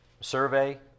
survey